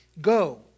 go